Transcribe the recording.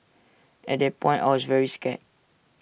at that point I was very scared